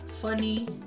funny